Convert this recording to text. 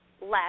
less